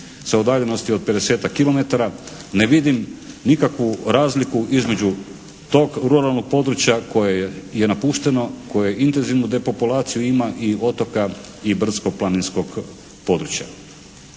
sa udaljenosti od 50-tak kilometara. Ne vidim nikakvu razliku između tog ruralnog područja koje je napušteno, koje intenzivnu depopulaciju ima i otoka i brdsko-planinskog područja.